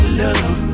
love